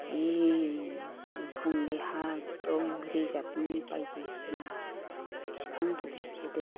ए गुबुंले हा एकदम रिजार्भनि बायदिसिना बिफां गिदिर गिदिर